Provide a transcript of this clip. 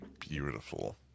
beautiful